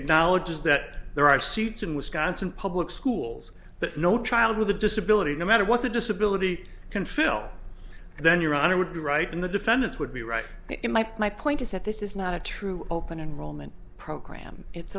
acknowledges that there are seats in wisconsin public schools that no child with a disability no matter what the disability can fill then your honor would be right in the defendants would be right in my point is that this is not a true open enrollment program it's